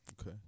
Okay